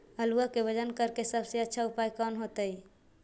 आलुआ के वजन करेके सबसे अच्छा उपाय कौन होतई?